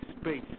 space